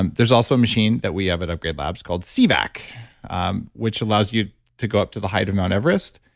and there's also a machine that we have at upgrade labs called so cvac, um which allows you to go up to the height of mount everest,